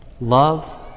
Love